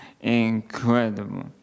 Incredible